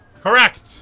Correct